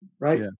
right